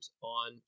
on